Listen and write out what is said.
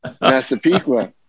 Massapequa